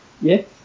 yes